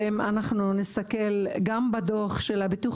ואם אנחנו נסתכל גם בדוח של הביטוח